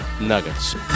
Nuggets